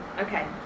Okay